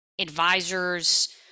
advisors